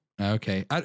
Okay